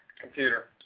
Computer